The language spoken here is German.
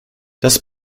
das